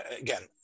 again